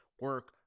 Work